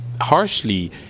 harshly